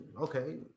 okay